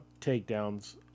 takedowns